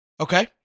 Okay